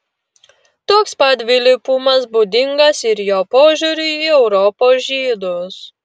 toks pat dvilypumas būdingas ir jo požiūriui į europos žydus